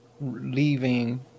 leaving